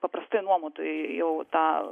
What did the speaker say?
paprastai nuomotojui jau tą